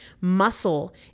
Muscle